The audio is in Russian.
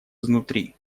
изнутри